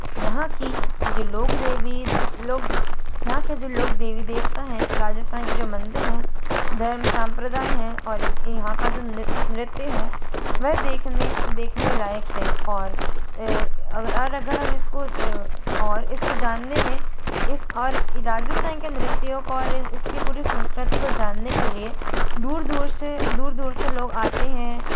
यहाँ की जो लोग देवी लोग यहाँ के जो लोग देवी देवता हैं राजिस्थान के जो मंदिर हैं धर्म सम्प्रदाय हैं और यहाँ का जो नृत्य है वह देखने देखने लायक है और और अगर हम इसको और इस को जानने में इस और ये राजिस्थान के अंदर नृत्यों को और इसकी पूरी संस्कृति को जानने के लिए दूर दूर से दूर दूर से लोग आते हैं